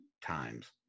times